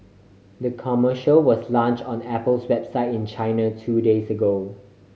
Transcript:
the commercial was launch on Apple's website in China two days ago